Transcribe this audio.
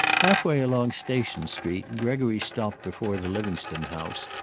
half way along station street gregory stopped before the livingstone house,